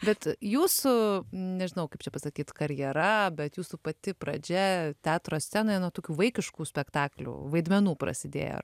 bet jūsų nežinau kaip čia pasakyt karjera bet jūsų pati pradžia teatro scenoje nuo tokių vaikiškų spektaklių vaidmenų prasidėjo